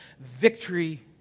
victory